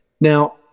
Now